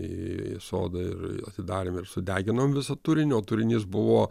į sodą ir atidarėm ir sudeginom visą turinį o turinys buvo